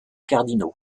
cardinaux